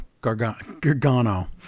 Gargano